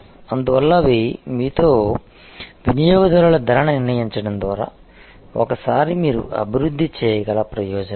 అందువల్ల అవి మీతో వినియోగదారుల ధర నిర్ణయించడం ద్వారా ఒకసారి మీరు అభివృద్ధి చేయగల ప్రయోజనాలు